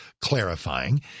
clarifying